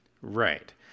right